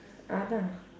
அதான்:athaan